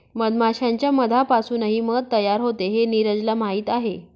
मधमाश्यांच्या मधापासूनही मध तयार होते हे नीरजला माहीत आहे